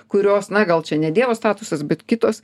kurios na gal čia ne dievo statusas bet kitos